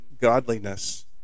godliness